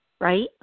right